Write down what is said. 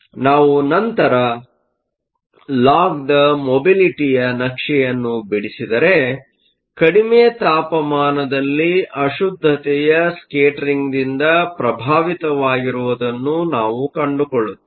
ನಾವು ನಂತರ ಲಾಗ್ದ ಮೊಬಿಲಿಟಿಯ ಯ ನಕ್ಷೆಯನ್ನು ಬಿಡಿಸಿದರೆಕಡಿಮೆ ತಾಪಮಾನದಲ್ಲಿ ಅಶುದ್ದತೆಯ ಸ್ಕೇಟರಿಂಗ್ದಿಂದ ಪ್ರಭಾವಿತವಾಗಿರುವುದನ್ನು ನಾವು ಕಂಡುಕೊಳ್ಳುತ್ತೇವೆ